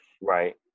Right